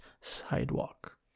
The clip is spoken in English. sidewalk